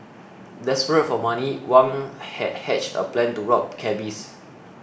desperate for money Wang had hatched a plan to rob cabbies